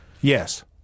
Yes